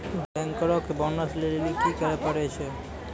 बैंकरो के बोनस लै लेली कि करै पड़ै छै?